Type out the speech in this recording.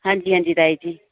हां जी हां जी ताई जी